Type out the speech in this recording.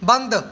ਬੰਦ